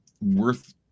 worth